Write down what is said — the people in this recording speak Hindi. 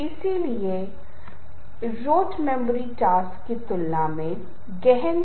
आइए हम एक व्यापक क्षेत्र या एक विशिष्ट दिशा से आने वाली आवाज़ से आने वाले समुद्र की गर्जना को सुने